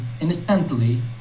instantly